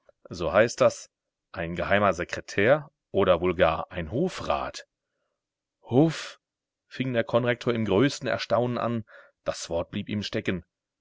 so heißt das ein geheimer sekretär oder wohl gar ein hofrat hof fing der konrektor im größten erstaunen an das wort blieb ihm stecken